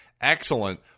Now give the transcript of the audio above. excellent